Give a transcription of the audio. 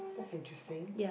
that's interesting